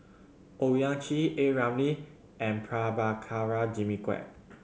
Owyang Chi A Ramli and Prabhakara Jimmy Quek